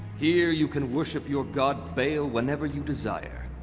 here, you can worship your god baal, whenever you desire.